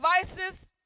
devices